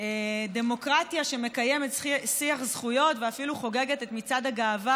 דמוקרטיה שמקיימת שיח זכויות ואפילו חוגגת את מצעד הגאווה